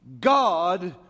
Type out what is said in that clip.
God